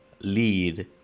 lead